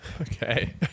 okay